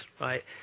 right